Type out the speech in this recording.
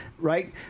Right